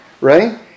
right